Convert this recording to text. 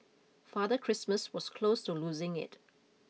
Father Christmas was close to losing it